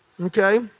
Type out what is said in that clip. Okay